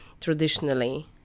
traditionally